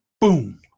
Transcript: boom